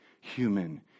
human